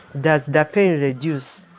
does the pain reduce?